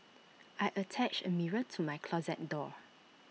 I attached A mirror to my closet door